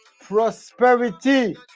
prosperity